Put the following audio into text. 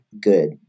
good